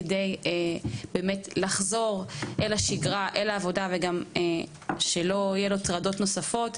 כדי לחזור אל השגרה ולעבודה מבלי שיהיו לו טרדות נוספות,